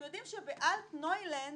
חבל שהבאת את הדוגמאות האלה.